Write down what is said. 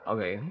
Okay